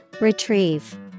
Retrieve